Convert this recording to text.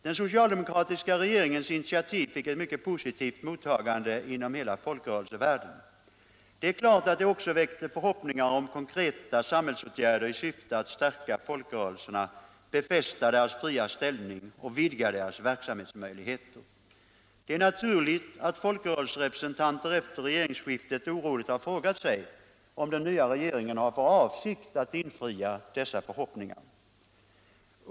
Den socialdemokratiska regeringens initiativ fick ett mycket positivt mottagande inom hela folkrörelsevärlden och väckte förhoppningar om konkreta samhällsåtgärder i syfte att stärka folkrörelserna, befästa deras fria ställning och vidga deras verksamhetsmöjligheter. Det är naturligt att folkrörelsernas representanter efter regeringsskiftet oroligt har frågat sig, om den nya regeringen har för avsikt att infria dessa förhoppningar.